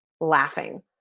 laughing